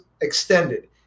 extended